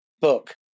book